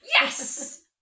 Yes